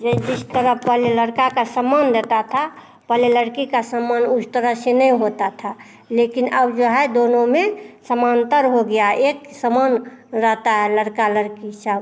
जे जिस तरह पहले लड़का का सम्मान रहता था पहले लड़की का सम्मान उस तरह से नहीं होता था लेकिन अब जो है दोनों में समांतर हो गया है एक समान रहता है लड़का लड़की सब